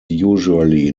usually